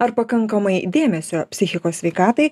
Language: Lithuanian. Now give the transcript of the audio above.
ar pakankamai dėmesio psichikos sveikatai